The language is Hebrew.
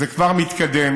זה כבר מתקדם,